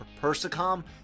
persicom